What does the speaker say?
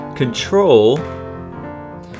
Control